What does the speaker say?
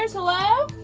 hello?